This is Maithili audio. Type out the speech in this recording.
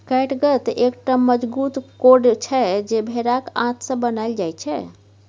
कैटगत एकटा मजगूत कोर्ड छै जे भेराक आंत सँ बनाएल जाइ छै